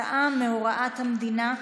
כתוצאה מהוראת המדינה,